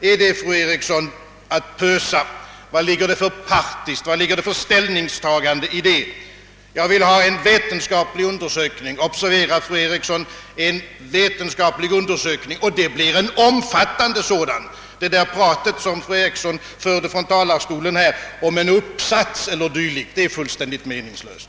är det, fru Eriksson, att pösa? Vad ligger det för partiskhet, vad ligger det för ställningstagande i det? Jag vill ha en vetenskaplig undersökning — observera, fru Eriksson, en vetenskaplig undersökning. Det blir en omfattande sådan. Fru Erikssons prat från talarstolen om en »uppsats» eller dylikt är fullständigt meningslöst.